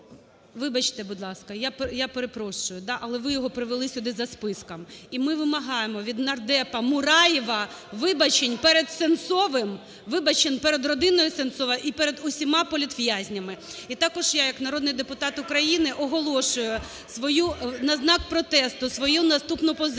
Вибачте, будь ласка, я перепрошую. Але ви його привели сюди за списком. І ми вимагаємо від нардепаМураєва вибачень перед Сенцовим, вибачень перед родиною Сенцова і перед всіма політв'язнями. І також я як народний депутат України оголошую свою, на знак протесу, свою наступну позицію.